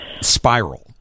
spiral